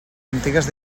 antigues